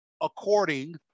according